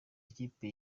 ikipe